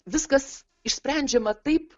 viskas išsprendžiama taip